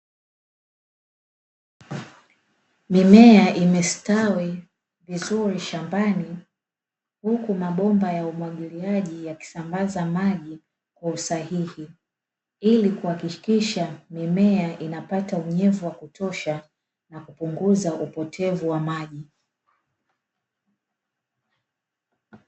Mimea imestawi vizuri shambani huku mabomba ya umwagiliaji yakisambaza maji kwa usahihi, ili kuhakikisha mimea inapata unyevu wa kutosha na kupunguza upotevu wa maji.